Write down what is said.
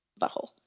butthole